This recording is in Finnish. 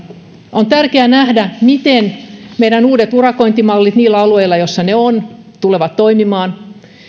on tärkeää nähdä miten meidän uudet urakointimallit niillä alueilla joissa ne ovat tulevat toimimaan